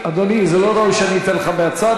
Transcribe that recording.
אדוני, זה לא ראוי שאני אתן לך מהצד.